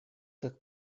как